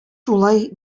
шулай